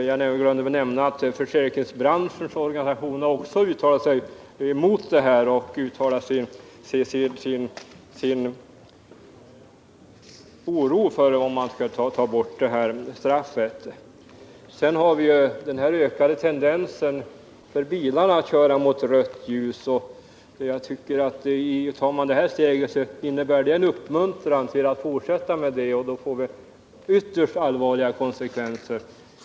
Jag glömde nämna att försäkringsbranschens organisationer också har uttalat sig mot borttagande av straffet och uttalat sin oro för vad det skulle medföra. Vidare finns en ökad tendens att bilarna kör mot rött ljus. Tar vi steget att ta bort straffet, då innebär det en uppmuntran till bilisterna att fortsätta köra mot rött ljus — vilket ger ytterst allvarliga konsekvenser.